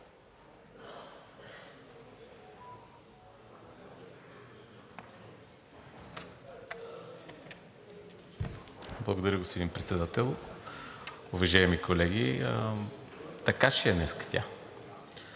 Благодаря, господин Председател. Уважаеми колеги, така ще е днеска тя